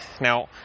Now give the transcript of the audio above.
Now